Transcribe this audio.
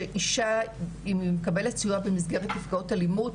שאישה היא מקבלת סיוע במסגרת תופעות אלימות,